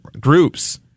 groups